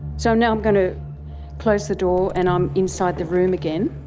so now i'm going to close the door and i'm inside the room again,